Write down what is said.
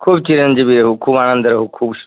खूब चिरन्जीवी रहू खूब आनन्द रहू खूब